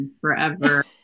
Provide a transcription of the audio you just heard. forever